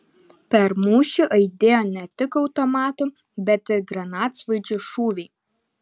per mūšį aidėjo ne tik automatų bet ir granatsvaidžių šūviai